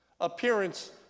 appearance